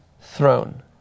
throne